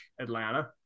Atlanta